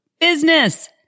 business